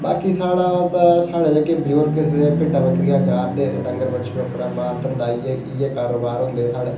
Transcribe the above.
बाकी साढ़ा ते साढ़े जेहके बजुर्ग हे ओह भिड्डां बकरियां चारदे हे ते डंगर बच्छू अपना ते माल धंदा अपना इ'यै इ'यै कारोबार होंदे हे साढ़ै